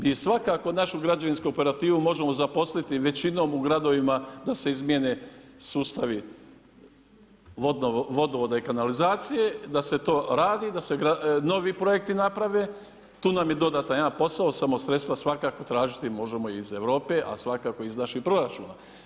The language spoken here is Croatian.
I svakako našu građevinsku operativu možemo zaposliti većinom u gradovima da se izmijene sustavi vodovoda i kanalizacije da se to radi, da se novi projekti naprave, tu nam je dodatan jedan posao, samo sredstva svakako tražiti možemo iz Europe, a svakako iz naših proračuna.